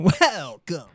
Welcome